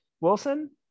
Wilson